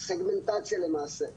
סגמנטציה למעשה,